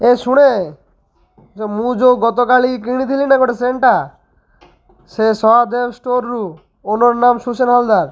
ଏ ଶୁଣେ ଯ ମୁଁ ଯେଉଁ ଗତକାଳି କିଣିଥିଲି ନା ଗୋଟେ ସେଣ୍ଟ୍ଟା ସେ ସଦେବ ଷ୍ଟୋର୍ରୁ ଓନର୍ ନାମ ହାଲଦାର